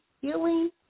healing